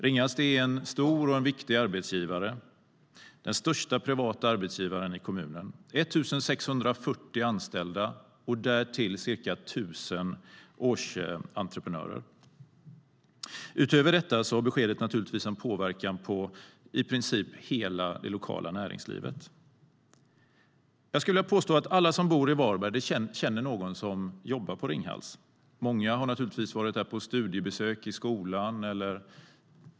Ringhals är en stor och viktig arbetsgivare, den största privata arbetsgivaren i kommunen, med 1 640 anställda och därtill ca 1 000 årsentreprenörer. Utöver detta har beskedet naturligtvis en påverkan på i princip hela det lokala näringslivet. Jag skulle vilja påstå att alla som bor i Varberg känner någon som jobbar på Ringhals. Många har varit där på studiebesök i skolan.